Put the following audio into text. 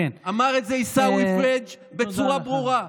אמר את זה עיסאווי פריג' בצורה ברורה.